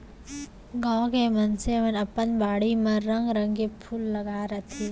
गॉंव के मनसे मन अपन बाड़ी म रंग रंग के फूल लगाय रथें